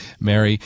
Mary